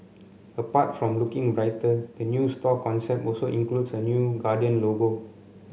apart from looking brighter the new store concept also includes a new Guardian logo